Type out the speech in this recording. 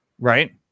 Right